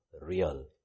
real